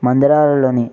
మందిరాలలోని